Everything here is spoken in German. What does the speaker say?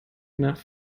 nach